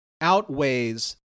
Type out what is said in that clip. outweighs